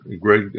Greg